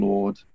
Lord